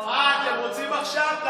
אה, אתם רוצים עכשיו?